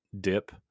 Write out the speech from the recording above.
dip